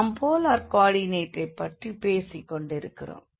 நாம் polar coordinate ஐப்பற்றி பேசிக்கொண்டிருக்கிறோம்